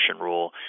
rule